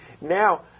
Now